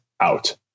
out